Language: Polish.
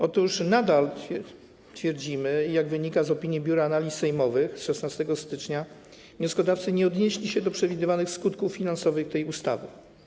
Otóż nadal twierdzimy, i to wynika z opinii Biura Analiz Sejmowych z 16 stycznia, że wnioskodawcy nie odnieśli się do przewidywanych skutków finansowych tej ustawy.